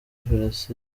felicite